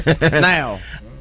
now